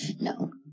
No